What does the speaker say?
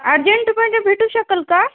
अर्जंटमध्ये भेटू शकेल का